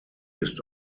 ist